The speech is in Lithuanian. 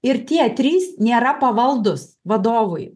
ir tie trys nėra pavaldūs vadovui